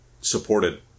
supported